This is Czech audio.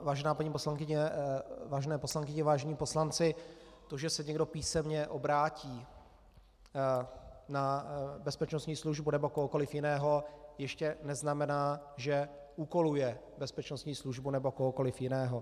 Vážená paní poslankyně, vážené poslankyně, vážení poslanci, to, že se někdo písemně obrátí na bezpečnostní službu nebo kohokoliv jiného, ještě neznamená, že úkoluje bezpečnostní službu nebo kohokoliv jiného.